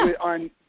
on